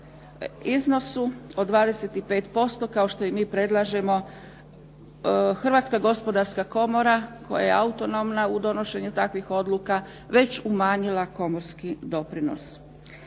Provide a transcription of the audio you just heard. iznosu od 25% kao što i mi predlažemo Hrvatska gospodarska komora koja je autonomna u donošenju takvih odluka, već umanjila komorski doprinos.